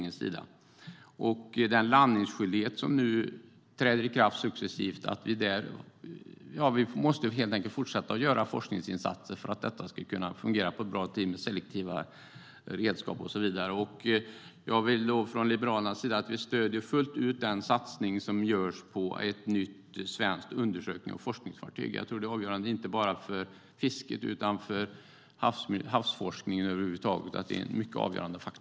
När det gäller den landningsskyldighet som nu träder i kraft successivt måste vi helt enkelt fortsätta göra forskningsinsatser för att detta ska kunna fungera bra. Det handlar om selektiva redskap och så vidare. Från Liberalernas sida stöder vi fullt ut den satsning som görs på ett nytt svenskt undersöknings och forskningsfartyg. Jag tror att det är en avgörande faktor inte bara för fisket utan för havsforskningen över huvud taget.